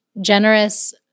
generous